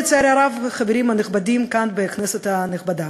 לצערי הרב, החברים הנכבדים כאן, בכנסת הנכבדה.